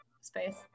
space